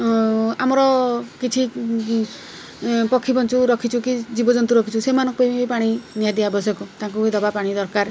ଆମର କିଛି ପକ୍ଷୀ ପଶୁ ରଖିଛୁ କି ଜୀବଜନ୍ତୁ ରଖିଛୁ ସେମାନଙ୍କ ପାଇଁ ବି ପାଣି ନିଆ ଦିଆ ଆବଶ୍ୟକ ତାଙ୍କୁ ବି ଦେବା ପାଣି ଦରକାର